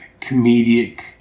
comedic